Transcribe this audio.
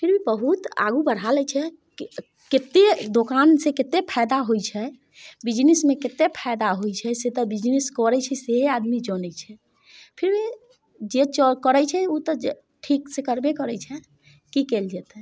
फिर भी बहुत आगू बढ़ा लै छै कतेक दोकानसँ कतेक फायदा होइ छै बिजनेसमे कतेक फायदा होइ छै से तऽ बिजनेस करै छै सएह आदमी जने छै फिर भी जे करै छै ओ तऽ जे ठीकसँ करबे करै छै कि कएल जेतै